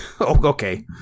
Okay